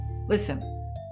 Listen